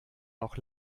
noch